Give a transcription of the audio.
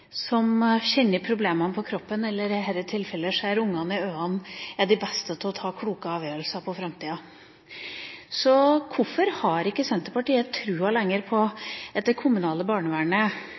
faktisk kjenner problemene på kroppen, eller i dette tilfellet ser ungene i øynene, er de beste til å ta kloke avgjørelser for framtida. Hvorfor har ikke Senterpartiet lenger troen på at det kommunale barnevernet